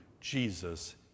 Jesus